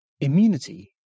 Immunity